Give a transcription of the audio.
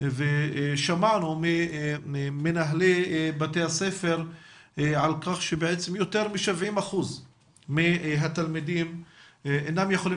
ושמענו ממנהלי בתי הספר על כך שיותר מ-70% מהתלמידים אינם יכולים